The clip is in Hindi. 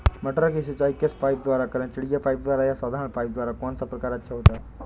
मटर की सिंचाई किस पाइप द्वारा करें चिड़िया पाइप द्वारा या साधारण पाइप द्वारा कौन सा प्रकार अच्छा होता है?